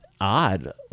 odd